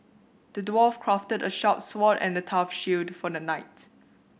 the dwarf crafted a sharp sword and a tough shield for the knight